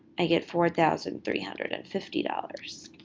i get four thousand three hundred and fifty dollars.